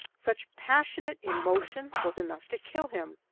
such passionate emotion was enough to kill him.